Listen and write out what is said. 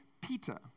Peter